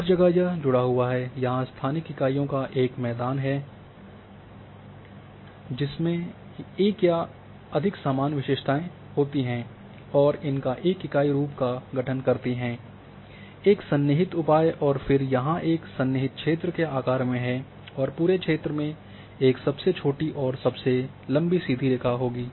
हर जगह यह जुड़ा हुआ है यहाँ स्थानिक इकाइयों का एक मैदान है जिनमें एक या अधिक सामान्य विशेषताएँ होती हैं और इनका एक इकाई रूप का गठन करती हैं एक सन्निहित उपाय और फिर यहाँ एक सन्निहित क्षेत्र के आकार में हैं और पूरे क्षेत्र में एक सबसे छोटी और सबसे लंबी सीधी रेखा होगी